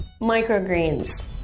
microgreens